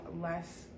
less